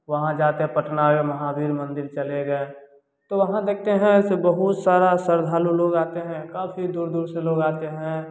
वहाँ जाकर पटनायक महावीर मंदिर चले गए तो वहाँ देखते हैं ऐसे बहुत सारा श्रद्धालु लोग आते हैं काफ़ी दूर दूर से लोग आते हैं